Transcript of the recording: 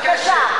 בבקשה.